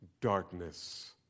darkness